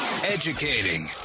Educating